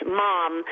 mom